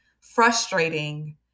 frustrating